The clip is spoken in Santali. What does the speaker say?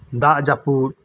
ᱫᱟᱜ ᱡᱟᱯᱩᱫ